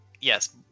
yes